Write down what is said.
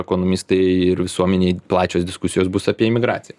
ekonomistai ir visuomenėj plačios diskusijos bus apie imigraciją